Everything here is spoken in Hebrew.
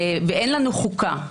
ואין לנו חוקה,